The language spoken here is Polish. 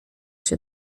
się